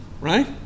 Right